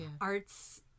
arts